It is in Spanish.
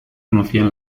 conocían